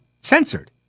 censored